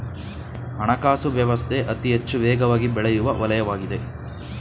ಹಣಕಾಸು ವ್ಯವಸ್ಥೆ ಅತಿಹೆಚ್ಚು ವೇಗವಾಗಿಬೆಳೆಯುವ ವಲಯವಾಗಿದೆ